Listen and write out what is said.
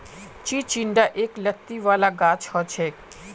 चिचिण्डा एक लत्ती वाला गाछ हछेक